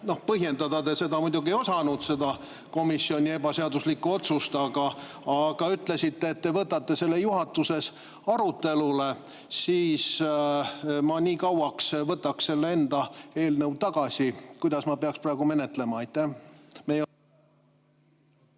põhjendada te muidugi ei osanud seda komisjoni ebaseaduslikku otsust, aga ütlesite, et te võtate selle juhatuses arutelule. Ma nii kauaks võtaks selle enda eelnõu tagasi. Kuidas ma peaks praegu [tegutsema]?